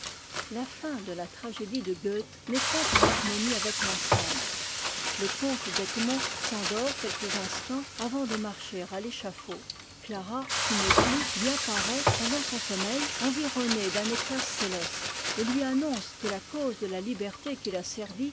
la fin de la tragédie de goethe n'est point en harmonie avec ensemb e le comte d'egmont s'endort quelques instants avant de marcher à l'échafaud clara qui n'est plus lui apparaît pendant son sommeil environnée d'un éclat céieste et lui annonce que la cause de la liberté qu'il a servie